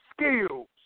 skills